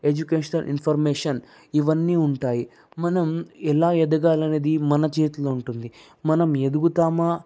educational information ఇవన్నీ ఉంటాయి మనం ఎలా ఎదగాలి అనేది మన చేతిలో ఉంటుంది మనం ఎదుగుతామా